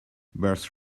birth